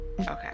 Okay